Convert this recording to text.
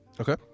Okay